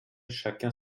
chacun